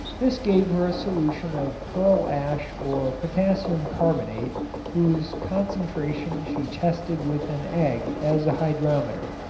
this gave her a solution of pearl ash or potassium carbonate whose concentration she tested with an egg as a hydrometer.